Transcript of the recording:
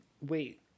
wait